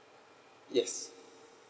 yes